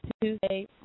Tuesday